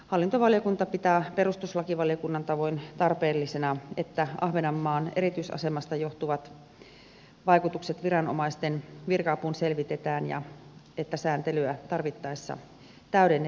hallintovaliokunta pitää perustuslakivaliokunnan tavoin tarpeellisena että ahvenanmaan erityisasemasta johtuvat vaikutukset viranomaisten virka apuun selvitetään ja että sääntelyä tarvittaessa täydennetään